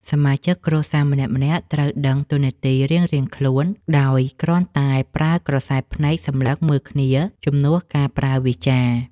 សមាជិកគ្រួសារម្នាក់ៗត្រូវដឹងតួនាទីរៀងៗខ្លួនដោយគ្រាន់តែប្រើក្រសែភ្នែកសម្លឹងមើលគ្នាជំនួសការប្រើវាចា។